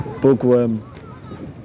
Bookworm